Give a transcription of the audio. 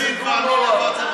יריב לוין ואני זה מספיק.